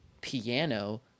piano